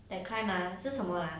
that kind ah 是什么 ah